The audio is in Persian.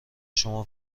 شما